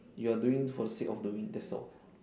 you are doing for the sake of doing that's all